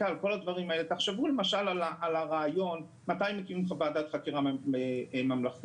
תחשבו למשל, מתי מקימים ועדת חקירה ממלכתית,